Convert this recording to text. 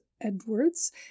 Edwards